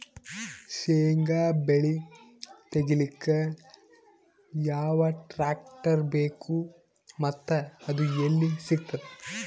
ಶೇಂಗಾ ಬೆಳೆ ತೆಗಿಲಿಕ್ ಯಾವ ಟ್ಟ್ರ್ಯಾಕ್ಟರ್ ಬೇಕು ಮತ್ತ ಅದು ಎಲ್ಲಿ ಸಿಗತದ?